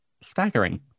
Staggering